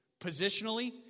positionally